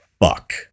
fuck